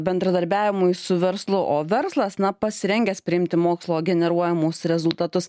bendradarbiavimui su verslu o verslas na pasirengęs priimti mokslo generuojamus rezultatus